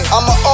I'ma